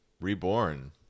reborn